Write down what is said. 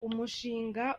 umushinga